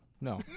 no